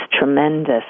tremendous